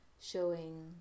Showing